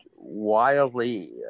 wildly